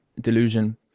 delusion